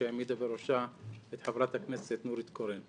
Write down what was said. שהעמידה בראשה את חברת הכנסת נורית קורן.